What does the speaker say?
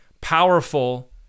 powerful